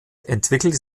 entwickelte